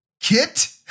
kit